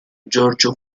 giorgio